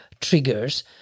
triggers